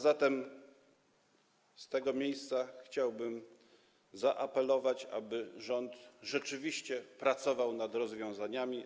Z tego miejsca chciałbym zaapelować, aby rząd rzeczywiście pracował nad rozwiązaniami.